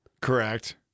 correct